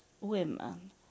women